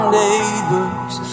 neighbors